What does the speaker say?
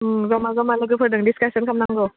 जमा जमा लोगोफोरजों डिसकासन खालाम नांगौ